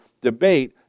debate